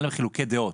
היו להם חילוקי דעות.